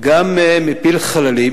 גם זה מפיל חללים